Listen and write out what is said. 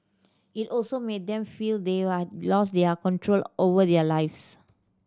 it also made them feel they are lost their control over their lives